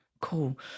cool